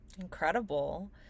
Incredible